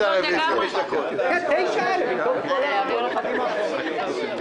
תודה לכם, הישיבה נעולה.